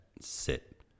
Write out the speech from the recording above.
sit